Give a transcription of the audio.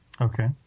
Okay